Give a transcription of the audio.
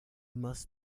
must